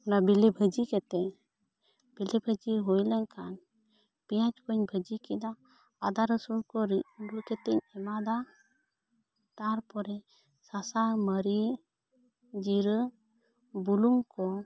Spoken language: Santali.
ᱚᱱᱟ ᱵᱮᱞᱮ ᱵᱷᱟᱹᱡᱤ ᱠᱟᱛᱮᱫ ᱵᱷᱟᱹᱡᱤ ᱦᱩᱭ ᱞᱮᱱ ᱠᱷᱟᱱ ᱯᱮᱭᱟᱡ ᱠᱚ ᱵᱷᱩᱡᱤ ᱠᱮᱫᱟ ᱟᱫᱷᱮ ᱨᱟᱹᱥᱩᱱ ᱠᱩᱧ ᱨᱤᱫ ᱠᱟᱛᱮᱫ ᱮᱢᱟᱣᱟᱫᱟ ᱛᱟᱨᱯᱚᱨᱮ ᱥᱟᱥᱟᱝ ᱢᱟᱨᱤᱪ ᱡᱤᱨᱟᱹ ᱵᱩᱞᱩᱝ ᱠᱚ